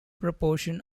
proportion